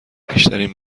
بیشترین